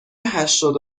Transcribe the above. هشتاد